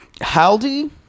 Howdy